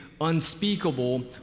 unspeakable